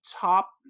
top